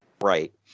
right